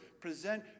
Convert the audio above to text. Present